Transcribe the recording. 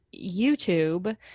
youtube